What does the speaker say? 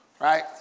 Right